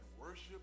worship